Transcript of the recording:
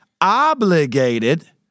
obligated